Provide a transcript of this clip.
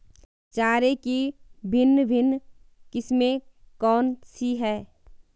चारे की भिन्न भिन्न किस्में कौन सी हैं?